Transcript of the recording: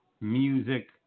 music